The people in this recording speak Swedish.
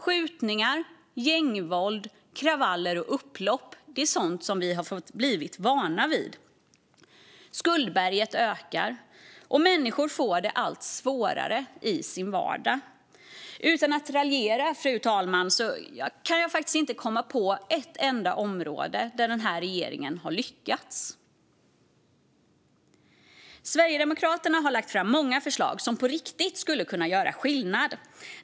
Skjutningar, gängvåld, kravaller och upplopp är sådant som vi har fått bli vana vid. Skuldberget ökar, och människor får det allt svårare i sin vardag. Utan att raljera, fru talman, kan jag faktiskt inte komma på ett enda område där den här regeringen har lyckats. Sverigedemokraterna har lagt fram många förslag som på riktigt skulle kunna göra skillnad.